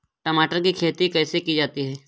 टमाटर की खेती कैसे की जा सकती है?